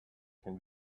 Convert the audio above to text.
can